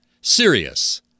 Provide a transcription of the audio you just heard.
serious